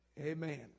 Amen